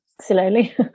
slowly